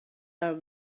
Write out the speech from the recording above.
are